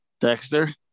Dexter